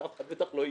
שאף אחד בטח לא הגיע,